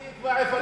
אני אקבע, לא אתה.